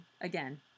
again